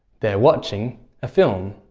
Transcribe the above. they're watching a film.